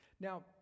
now